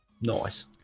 Nice